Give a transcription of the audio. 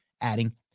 adding